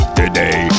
today